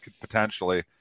Potentially